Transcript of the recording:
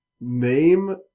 name